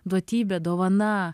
duotybė dovana